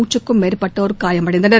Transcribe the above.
நூற்றுக்கும் மேற்பட்டோர் காயம் அடைந்தனர்